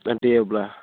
दोनफैयोब्ला